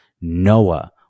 Noah